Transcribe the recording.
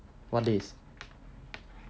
what days